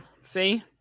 See